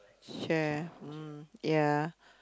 chair mm ya